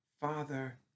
Father